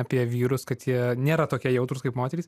apie vyrus kad jie nėra tokie jautrūs kaip moterys